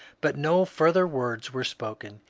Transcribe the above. but no further words were spoken.